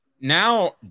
now